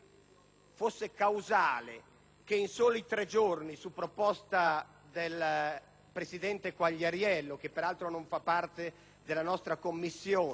fosse causale il fatto che in soli tre giorni, su proposta del presidente Quagliariello, che peraltro non fa parte della 7a Commissione,